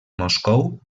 moscou